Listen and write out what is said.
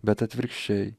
bet atvirkščiai